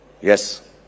yes